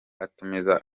atumiza